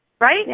right